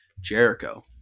jericho